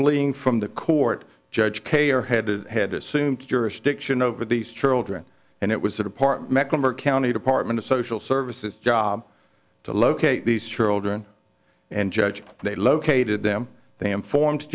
fleeing from the court judge k or headed had assumed jurisdiction over these children and it was the department mecklenburg county department of social services job to locate these children and judge they located them they informed